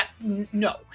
no